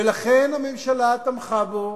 ולכן הממשלה תמכה בו